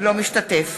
אינו משתתף